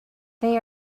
they